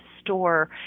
store